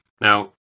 now